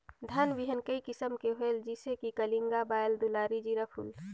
धान बिहान कई किसम के होयल जिसे कि कलिंगा, बाएल दुलारी, जीराफुल?